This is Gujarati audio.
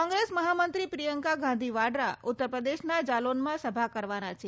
કોંગ્રેસ મહામંત્રી પ્રિયંકા ગાંધી વાડરા ઉત્તરપ્રદેશના જાલૌનમાં સભા કરવાના છે